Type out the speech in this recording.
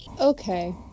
Okay